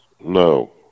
No